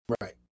Right